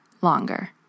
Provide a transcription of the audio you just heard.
longer